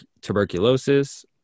tuberculosis